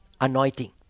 anointing